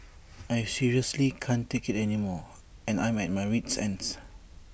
I seriously can't take IT anymore and I'm at my wit's end